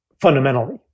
fundamentally